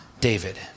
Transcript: David